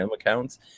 accounts